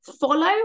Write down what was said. Follow